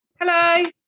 Hello